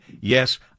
yes